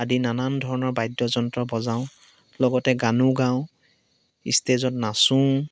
আদি নানান ধৰণৰ বাদ্যযন্ত্ৰ বজাওঁ লগতে গানো গাওঁ ইষ্টেজত নাচোঁও